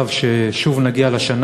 כמובן, לגבי הגישה שמובעת גם בחוק התכנון